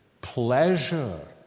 pleasure